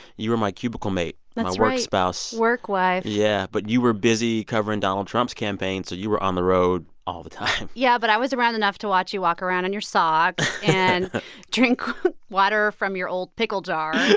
you were my cubicle mate that's right my work spouse work wife yeah. but you were busy covering donald trump's campaign, so you were on the road all the time yeah, but i was around enough to watch you walk around in your socks and drink water from your old pickle jar